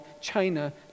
China